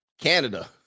Canada